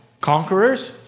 conquerors